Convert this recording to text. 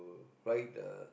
ride the